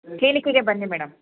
ಕ್ಲಿನಿಕ್ಕಿಗೆ ಬನ್ನಿ ಮೇಡಮ್